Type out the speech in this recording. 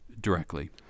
directly